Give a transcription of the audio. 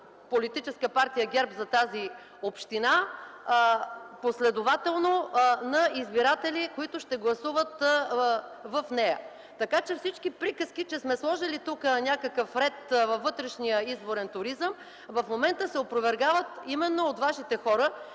Политическа партия ГЕРБ за тази община последователно на избиратели, които ще гласуват в нея. Така че всички приказки, че сме сложили някакъв ред във вътрешния изборен туризъм, в момента се опровергават именно от вашите хора.